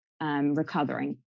Recovering